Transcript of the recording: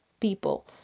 people